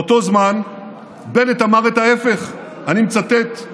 באותו זמן בנט אמר את ההפך, אני מצטט: